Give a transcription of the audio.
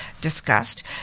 discussed